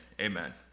amen